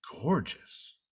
gorgeous